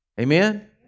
Amen